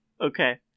okay